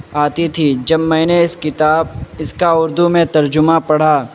آتی تھی جب میں نے اس کتاب اس کا اردو میں ترجمہ پڑھا